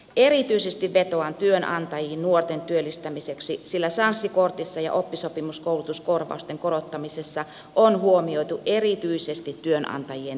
erityisesti vetoan työnantajiin nuorten työllistämiseksi sillä sanssi kortissa ja oppisopimuskoulutuskorvausten korottamisessa on huomioitu erityisesti työnantajien toiveet